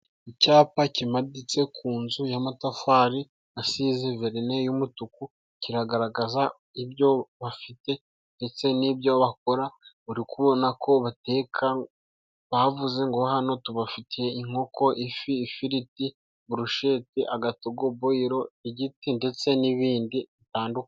Icyapa kimanitse ku nzu y'amatafari asize verine y'umutuku kiragaragaza ibyo bafite ndetse nibyo bakora urabona ko bateka bavuze ngo:" hano tubafitiye inkoko, ifi, ifiriti, burushete, agatogo, boyiro, igiti ndetse n'ibindi bitandukanye".